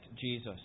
Jesus